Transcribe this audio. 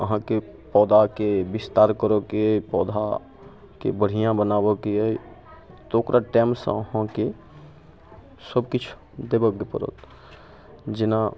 अहाँके पौधाके विस्तार करैके पौधाके बढ़िआँ बनाबऽके अइ तऽ ओकरा टाइमसँ अहाँके सब किछु देबऽके पड़त जेना